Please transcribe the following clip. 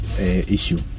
issue